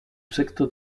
sexto